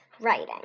writing